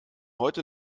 heute